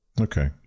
Okay